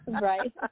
Right